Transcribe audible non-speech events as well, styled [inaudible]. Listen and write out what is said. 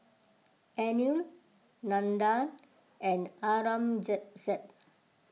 Anil Nandan and Aurangzeb [unintelligible]